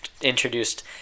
introduced